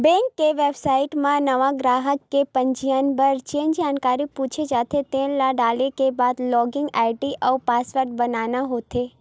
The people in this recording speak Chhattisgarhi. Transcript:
बेंक के बेबसाइट म नवा गराहक के पंजीयन बर जेन जानकारी पूछे जाथे तेन ल डाले के बाद लॉगिन आईडी अउ पासवर्ड बनाना होथे